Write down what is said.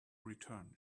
return